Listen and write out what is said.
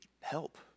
help